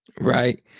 Right